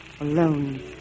alone